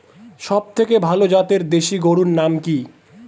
সবথেকে ভালো জাতের দেশি গরুর নাম কি?